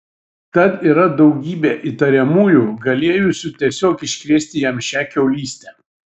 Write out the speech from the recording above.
tad yra daugybė įtariamųjų galėjusių tiesiog iškrėsti jam šią kiaulystę